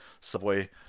subway